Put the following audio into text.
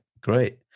Great